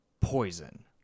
poison